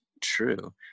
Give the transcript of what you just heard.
true